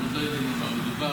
אנחנו עוד לא יודעים על מה מדובר.